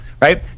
right